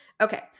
okay